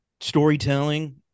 storytelling